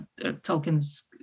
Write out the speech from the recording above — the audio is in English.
Tolkien's